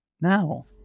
now